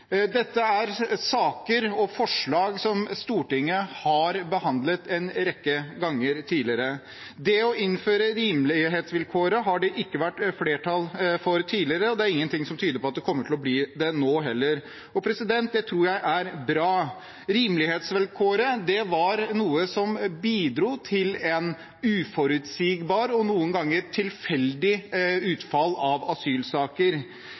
Dette er saker og forslag som Stortinget har behandlet en rekke ganger tidligere. Det å innføre rimelighetsvilkår har det ikke vært flertall for tidligere, og det er ingenting som tyder på at det kommer til å bli det nå heller. Det tror jeg er bra. Rimelighetsvilkåret var noe som bidro til et uforutsigbart og noen ganger tilfeldig utfall av asylsaker.